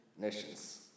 nations